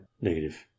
negative